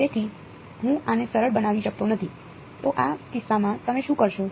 તેથી હું આને સરળ બનાવી શકતો નથી તો આ કિસ્સામાં તમે શું કરશો